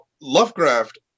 Lovecraft